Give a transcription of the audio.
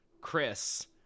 Chris